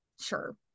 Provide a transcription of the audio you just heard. Sure